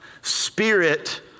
spirit